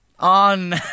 On